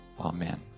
Amen